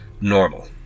Normal